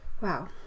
wow